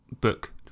book